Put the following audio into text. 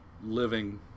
living